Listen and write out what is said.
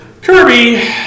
Kirby